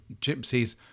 gypsies